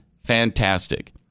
fantastic